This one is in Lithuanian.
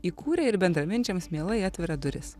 įkūrė ir bendraminčiams mielai atveria duris